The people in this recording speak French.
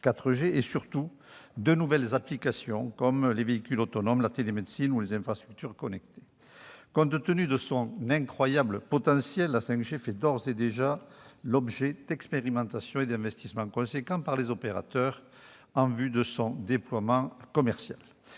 et, surtout, de nouvelles applications, comme les véhicules autonomes, la télémédecine ou les infrastructures connectées. Compte tenu de son incroyable potentiel, la 5G fait d'ores et déjà l'objet d'expérimentations et d'investissements importants par les opérateurs, en vue de son déploiement commercial.